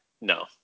No